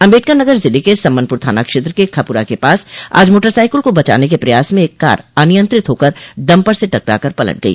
अम्बेडकर नगर जिले के सम्मनपुर थाना क्षेत्र के खपुरा के पास आज मोटरसाइकिल को बचाने के प्रयास में एक कार अनियंत्रित होकर डम्पर से टकरा कर पलट गई